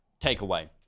takeaway